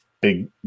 big